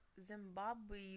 Zimbabwe